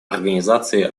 организации